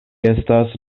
estas